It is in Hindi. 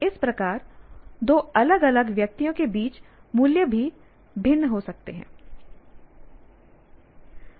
इस प्रकार दो अलग अलग व्यक्तियों के बीच मूल्य भी भिन्न हो सकते हैं